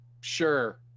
Sure